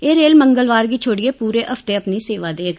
एह रेल मंगलवार गी छोड़ियै पूरे हफ्ते अपनी सेवा देग